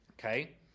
Okay